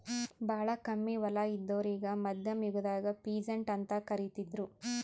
ಭಾಳ್ ಕಮ್ಮಿ ಹೊಲ ಇದ್ದೋರಿಗಾ ಮಧ್ಯಮ್ ಯುಗದಾಗ್ ಪೀಸಂಟ್ ಅಂತ್ ಕರಿತಿದ್ರು